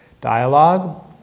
dialogue